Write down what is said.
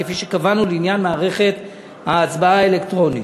כפי שקבענו לעניין מערכת ההצבעה האלקטרונית.